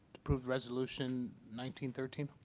to approve resolution nineteen thirteen?